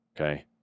Okay